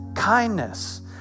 kindness